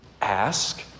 ask